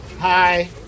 hi